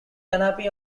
unhappy